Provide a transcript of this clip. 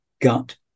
gut